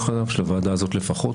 של הוועדה הזאת לפחות,